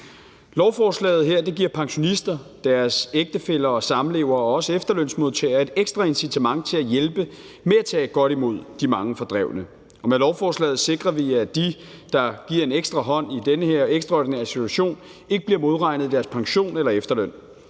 Lovforslaget her giver pensionister, deres ægtefæller og samlevere og også efterlønsmodtagere et ekstra incitament til at hjælpe med at tage godt imod de mange fordrevne. Med lovforslaget sikrer vi, at de, der giver en ekstra hånd med i den her ekstraordinære situation, ikke bliver modregnet i deres pension eller efterløn.